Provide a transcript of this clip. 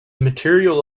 material